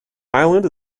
island